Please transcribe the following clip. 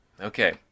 okay